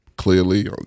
Clearly